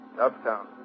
uptown